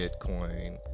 bitcoin